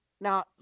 now